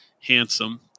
Handsome